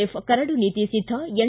F ಕರಡು ನೀತಿ ಸಿದ್ದ ಎನ್